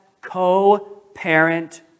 co-parent